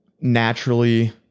naturally